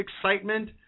excitement